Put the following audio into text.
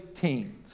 teens